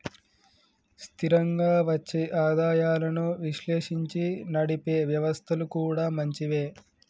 స్థిరంగా వచ్చే ఆదాయాలను విశ్లేషించి నడిపే వ్యవస్థలు కూడా మంచివే